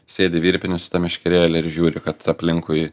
sėdi virpini su ta meškerėle ir žiūri kad aplinkui